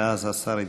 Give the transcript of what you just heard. ואז השר יתייחס.